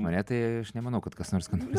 mane tai aš nemanau kad kas nors ką nors